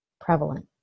prevalent